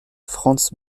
frans